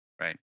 right